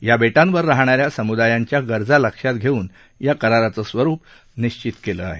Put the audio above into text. या बेटांवर राहणाऱ्या समुदायांच्या गरजा लक्षात घेऊन या कराराचं स्वरुप निश्वित केलं आहे